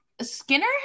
skinner